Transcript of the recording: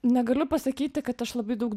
negaliu pasakyti kad aš labai daug